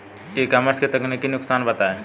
ई commerce के तकनीकी नुकसान बताएं?